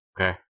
Okay